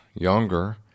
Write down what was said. younger